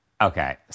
Okay